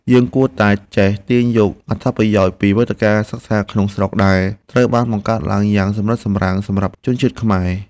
យើងគួរតែចេះទាញយកអត្ថប្រយោជន៍ពីវេទិកាសិក្សាក្នុងស្រុកដែលត្រូវបានបង្កើតឡើងយ៉ាងសម្រិតសម្រាំងសម្រាប់ជនជាតិខ្មែរ។